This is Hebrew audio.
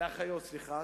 סליחה.